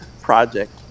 project